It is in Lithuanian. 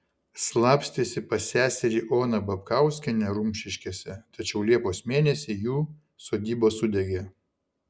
slapstėsi pas seserį oną babkauskienę rumšiškėse tačiau liepos mėnesį jų sodyba sudegė